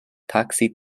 taksi